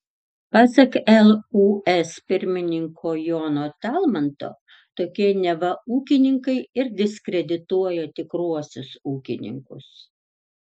pasak lūs pirmininko jono talmanto tokie neva ūkininkai ir diskredituoja tikruosius ūkininkus